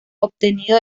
obtenido